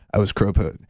i was crow pose.